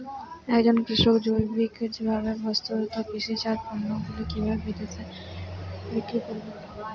একজন কৃষক জৈবিকভাবে প্রস্তুত কৃষিজাত পণ্যগুলি কিভাবে বিদেশে বিক্রি করবেন?